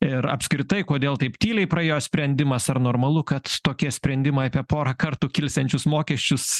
ir apskritai kodėl taip tyliai praėjo sprendimas ar normalu kad tokie sprendimai apie pora kartų kilsiančius mokesčius